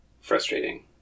frustrating